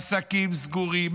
עסקים סגורים,